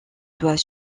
doit